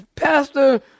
Pastor